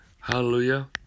Hallelujah